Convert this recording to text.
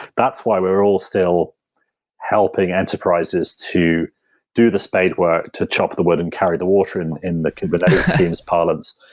that's why we're all still helping enterprises to do the spade work, to chop the wood and carry the water in in the kubernetes team's parlance,